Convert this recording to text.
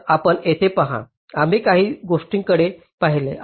तर आपण येथे पहा आम्ही काही गोष्टींकडे पाहिले